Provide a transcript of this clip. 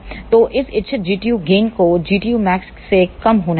तो उस इच्छित Gtu गेन को Gtumax से कम होना चाहिए